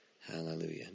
Hallelujah